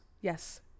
Yes